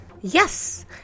Yes